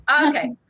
Okay